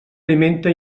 alimenta